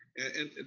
and,